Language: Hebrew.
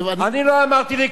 חבר הכנסת נסים זאב.